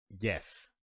Yes